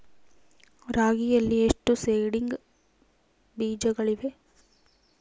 ರಾಗಿಯಲ್ಲಿ ಎಷ್ಟು ಸೇಡಿಂಗ್ ಬೇಜಗಳಿವೆ?